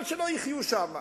אבל שלא יחיו שם,